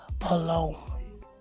alone